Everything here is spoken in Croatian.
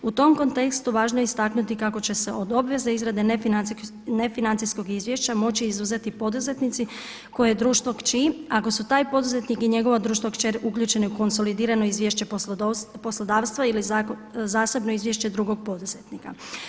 U tom kontekstu važno je istaknuti kako će se od obveze izrade nefinancijskog izvješća moći izuzeti poduzetnici koje je društvo kći, ako su taj poduzetnik i njegovo društvo kćer uključeni u konsolidirano izvješće poslodavstva ili zasebno izvješće drugog poduzetnika.